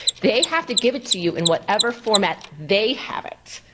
they have to give it to you in whatever format they have it.